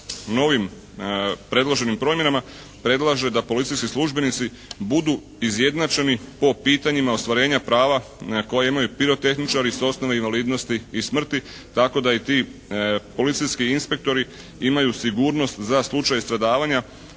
novim predloženim promjenama predlaže da policijski službenici budu izjednačeni po pitanjima ostvarenja prava na koja imaju pirotehničari s osnove invalidnosti i smrti, tako da i ti policijski inspektori imaju sigurnost za slučaj stradavanja